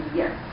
yes